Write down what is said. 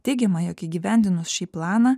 teigiama jog įgyvendinus šį planą